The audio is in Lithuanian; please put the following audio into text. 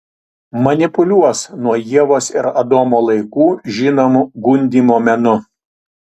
manipuliuos nuo ievos ir adomo laikų žinomu gundymo menu